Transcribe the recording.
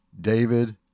David